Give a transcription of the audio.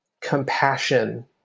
compassion